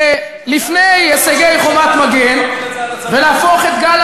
לפני הישגי "חומת מגן" למה אתה לא אומר